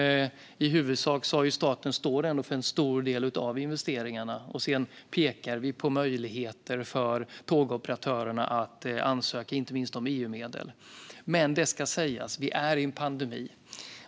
I huvudsak står staten för en stor del av investeringarna, och sedan pekar vi på möjligheter för tågoperatörerna att ansöka om inte minst EUmedel. Men det ska sägas: Vi är i en pandemi.